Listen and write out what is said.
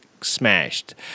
smashed